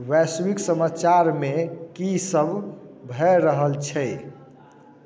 वैश्विक समाचारमे की सब भऽ रहल छै